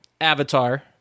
Avatar